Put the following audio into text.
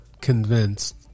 convinced